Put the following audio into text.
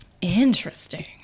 Interesting